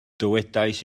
dywedais